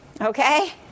Okay